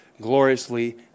gloriously